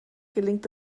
gelingt